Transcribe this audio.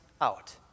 out